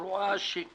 פרועה, שקרית,